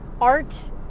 art